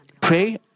pray